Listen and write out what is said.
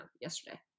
yesterday